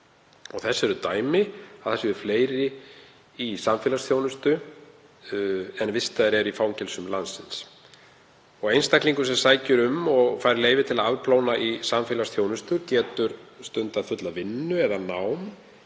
ár. Þess eru dæmi að það séu fleiri í samfélagsþjónustu en vistaðir eru í fangelsum landsins. Einstaklingur sem sækir um og fær leyfi til að afplána í samfélagsþjónustu getur stundað fulla vinnu eða nám